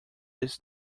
this